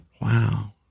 Wow